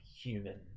human